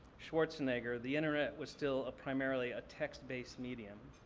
schwarzenegger, the internet was still ah primarily a text-based medium.